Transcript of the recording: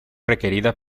requerida